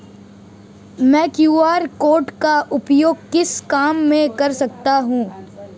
मैं QR code का उपयोग किस काम में कर सकता हूं?